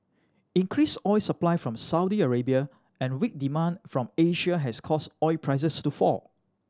increased oil supply from Saudi Arabia and weak demand from Asia has caused oil prices to fall